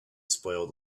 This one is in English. spoiled